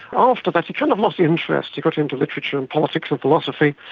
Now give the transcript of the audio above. after that he kind of lost interest, he got into literature and politics and philosophy,